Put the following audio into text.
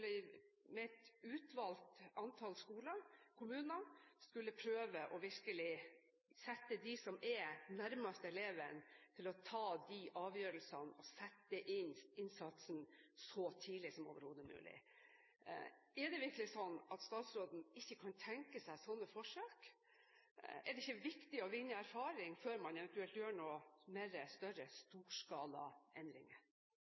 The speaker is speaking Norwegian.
utvalgt antall skoler og kommuner skulle prøve virkelig å sette dem som er nærmest eleven, til å ta de avgjørelsene og sette inn innsatsen så tidlig som overhodet mulig. Er det virkelig sånn at statsråden ikke kan tenke seg sånne forsøk? Er det ikke viktig å vinne erfaring før man eventuelt gjør